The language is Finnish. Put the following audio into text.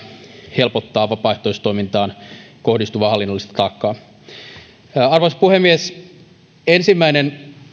helpottaa vapaaehtoistoimintaan kohdistuvaa hallinnollista taakkaa arvoisa puhemies ensimmäinen